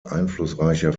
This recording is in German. einflussreicher